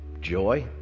joy